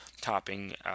topping